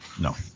No